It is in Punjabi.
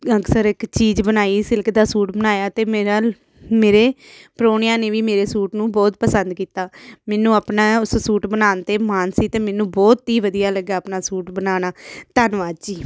ਅਕਸਰ ਇੱਕ ਚੀਜ਼ ਬਣਾਈ ਸਿਲਕ ਦਾ ਸੂਟ ਬਣਾਇਆ ਅਤੇ ਮੇਰਾ ਮੇਰੇ ਪ੍ਰੋਹਣਿਆਂ ਨੇ ਵੀ ਮੇਰੇ ਸੂਟ ਨੂੰ ਬਹੁਤ ਪਸੰਦ ਕੀਤਾ ਮੈਨੂੰ ਆਪਣਾ ਉਸ ਸੂਟ ਬਣਾਉਣ 'ਤੇ ਮਾਣ ਸੀ ਅਤੇ ਮੈਨੂੰ ਬਹੁਤ ਹੀ ਵਧੀਆ ਲੱਗਿਆ ਆਪਣਾ ਸੂਟ ਬਣਾਉਣਾ ਧੰਨਵਾਦ ਜੀ